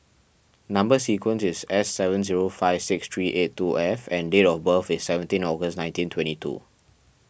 Number Sequence is S seven zero five six three eight two F and date of birth is seventeen August nineteen twenty two